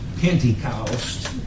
Pentecost